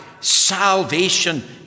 Salvation